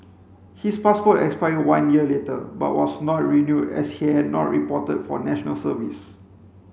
his passport expired one year later but was not renewed as he had not reported for National Service